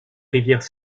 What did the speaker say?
rivière